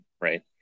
Right